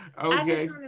okay